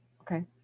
okay